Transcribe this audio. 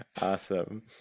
Awesome